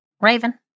Raven